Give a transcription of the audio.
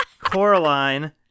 Coraline